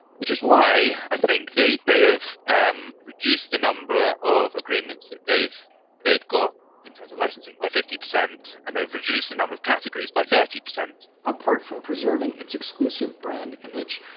which is why i think they they have um reduced the number of agreements that they've they've got in terms of licensing by fifty percent and they've reduced the number of categories by percent. apart from preserving its exclusive brand image,